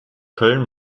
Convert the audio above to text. köln